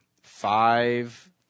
five